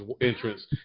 entrance